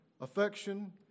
affection